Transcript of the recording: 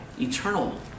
eternal